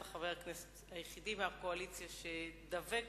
אתה חבר הכנסת היחיד מהקואליציה שדבק